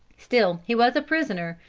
still he was a prisoner,